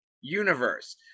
universe